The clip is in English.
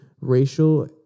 racial